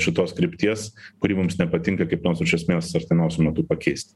šitos krypties kuri mums nepatinka kaip nors iš esmės artimiausiu metu pakeist